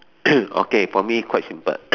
okay for me quite simple